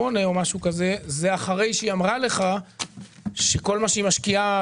זה אחרי שהיא אמרה לך שכל מה שהיא משקיעה בטלוויזיה,